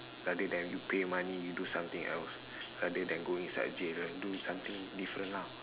rather than you pay money you do something else rather than go inside jail right do something different ah